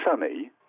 sunny